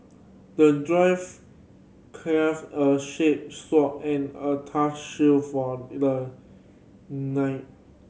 the dwarf crafted a shape sword and a tough shield for the knight